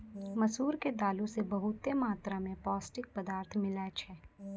मसूर के दालो से बहुते मात्रा मे पौष्टिक पदार्थ मिलै छै